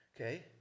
Okay